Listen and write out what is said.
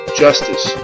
justice